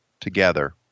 together